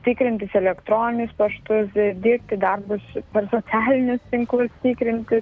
tikrintis elektroninius paštus dirbti darbus per socialinius tinklus tikrinti